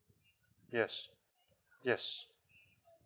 yes yes